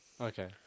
Okay